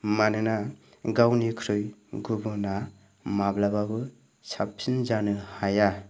मानोना गावनिख्रुइ गुबुना माब्लाबाबो साबसिन जानो हाया